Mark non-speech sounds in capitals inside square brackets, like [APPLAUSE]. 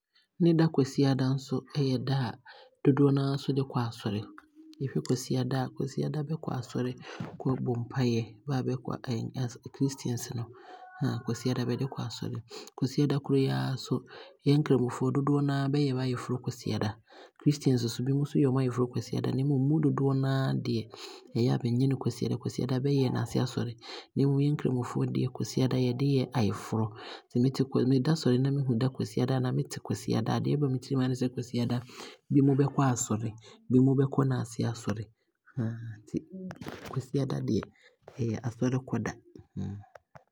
Ne da kwasiada nso yɛ da a dodoɔ no aa nso de kɔ asɔre. Yɛhwɛ kwasiada a, kwasiada bɛkɔ asɔre, kɔ ɔ mpaeɛ, bɛkɔ asɔre Christian foɔ no, [HESITATION] kwasiada bɛde kɔ asɔre. Kwasiada korɔ yi a nso, yɛn nkramofoɔ no dodoɔ no aa bɛyɛ bɛayeforɔ kwasiada. Christian foɔ no nso binom yɛ bɛayeforɔ kwasiada na mmom mu dodoɔ no aa deɛ, ɛyɛ a bɛnnyɛ no kwasiada, kwasiada bɛyɛ nnaase asɔre na mmom yɛn nkramofoɔ deɛ, kwasiada yɛde yɛ ayeforɔ. Nti me te, me da sɔre na me hu da kwasiada a anaa me te da kwasiada a deɛ ɛba me tirim aa ne sɛ, kwasiada binom bɛkɔ asɔre, binom bɛkɔ nnaase asɔre, [HESITATION] kwasiada deɛ ɛyɛ asɔrekɔ da. [HESITATION]